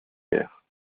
guerre